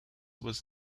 was